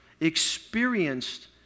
experienced